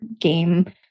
game